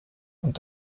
und